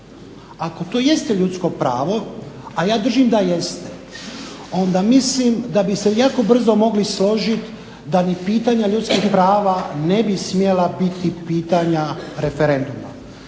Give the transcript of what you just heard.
Ako to jest ljudsko pravo a ja držim da jeste onda mislim da bi se jako brzo mogli složiti da ni pitanja ljudskih prava ne bi smjela biti pitanja referenduma.